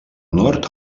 nord